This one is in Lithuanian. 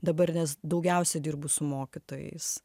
dabar nes daugiausia dirbu su mokytojais